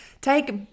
take